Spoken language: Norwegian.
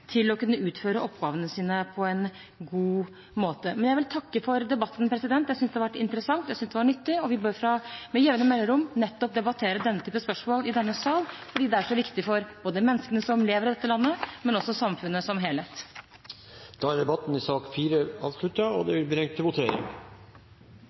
til å kunne utføre oppgavene sine på en god måte. Jeg vil takke for debatten – jeg synes det har vært interessant, jeg synes det har vært nyttig. Vi bør med jevne mellomrom debattere nettopp denne type spørsmål i denne sal, fordi det er så viktig for både menneskene som lever i dette landet, og samfunnet som helhet. Debatten i sak